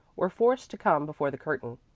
were forced to come before the curtain.